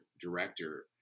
director